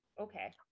Okay